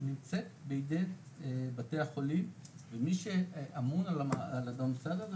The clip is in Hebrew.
נמצאת בידי בתי החולים ומי שאמון על הנושא הזה,